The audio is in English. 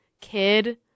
kid